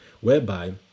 whereby